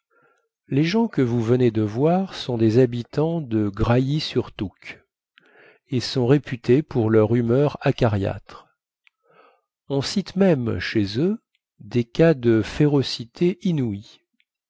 les gens que vous venez de voir sont des habitants de grailly surtoucque et sont réputés pour leur humeur acariâtre on cite même chez eux des cas de férocité inouïe